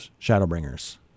Shadowbringers